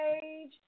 page